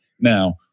Now